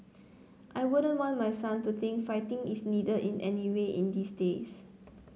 I wouldn't want my son to think fighting is needed in any way in these days